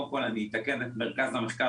קודם כול, אתקן את מרכז המחקר